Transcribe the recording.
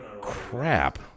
crap